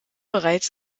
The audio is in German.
bereits